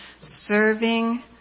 serving